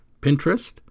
pinterest